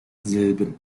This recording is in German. silben